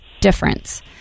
difference